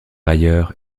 ailleurs